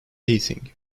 heating